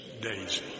Daisy